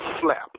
slap